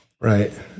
right